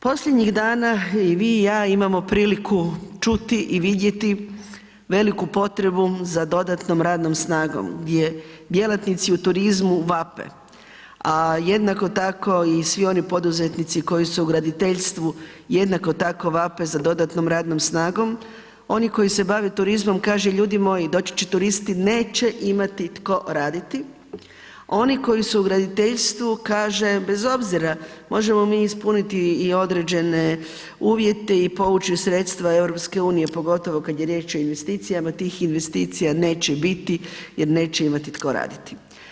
Posljednjih dana i vi i ja imamo priliku čuti i vidjeti veliku potrebu za dodatnom radnom snagom gdje djelatnici u turizmu vape a jednako tako i svi oni poduzetnici koji su graditeljstvu, jednako tako vape za dodatno radnom snagom, oni koji se bave turizmom kaže ljudi moji, doći će turisti, neće imati tko raditi, oni koji su u graditeljstvu kaže bez obzira, možemo mi ispuniti i određene uvjete i povući sredstva EU-a pogotovo kad je riječ o investicijama, tih investicija neće biti jer neće imati tko raditi.